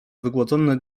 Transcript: wygłodzony